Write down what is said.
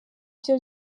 byo